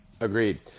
Agreed